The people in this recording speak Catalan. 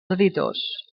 editors